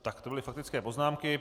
Tak to byly faktické poznámky.